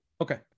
okay